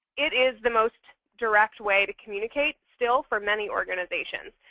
it is the most direct way to communicate still for many organizations.